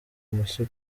mushya